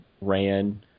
ran